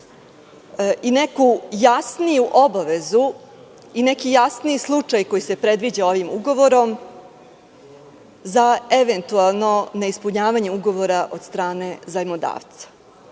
i neku jasniju obavezu i neki jasniji slučaj koji se previđa ovim ugovorom za eventualno neispunjavanje ugovora od strane zajmodavca. Dakle,